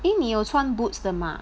eh 你有穿 boots 的吗